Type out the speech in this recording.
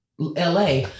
LA